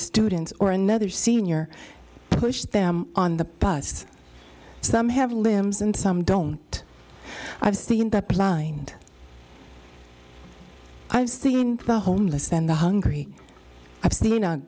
students or another senior pushed them on the bus some have limbs and some don't i've seen the blind i've seen the homeless and the hungry i've seen a